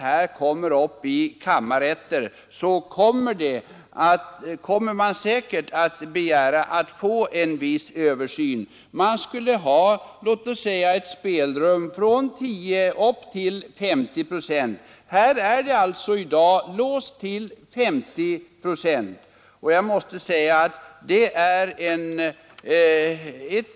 Jag skulle dock tro att man när sådana ärenden förs upp i kammarrätterna kommer att begära viss översyn. Det borde finnas ett spelrum för skattetillägget t.ex. från 10 procent och upp till 50 procent.